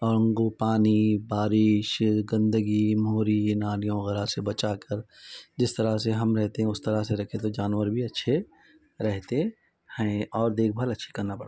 اور ان کو پانی بارش گندگی مہری یا نالیوں وغیرہ سے بچا کر جس طرح سے ہم رہتے ہیں اس طرح سے رکھے تو جانور بھی اچھے رہتے ہیں اور دیکھ بھال اچھی کرنا پڑتا